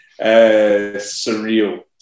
Surreal